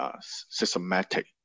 systematic